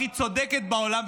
הכי צודקת בעולם,